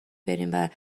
بریم